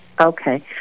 Okay